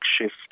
shift